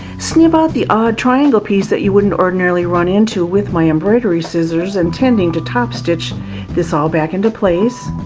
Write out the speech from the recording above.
snip out the odd triangle piece that you wouldn't ordinarily run into with my embroidery scissors intending to top stitch this all back into place,